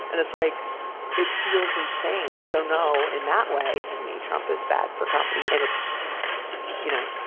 and it's like it feels insane. so, no, in that way, to me, trump is bad for comedy, and it's you know,